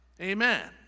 Amen